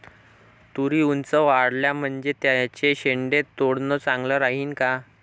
तुरी ऊंच वाढल्या म्हनजे त्याचे शेंडे तोडनं चांगलं राहीन का?